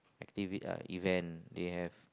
activi~ uh event they have